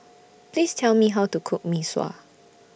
Please Tell Me How to Cook Mee Sua